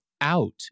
out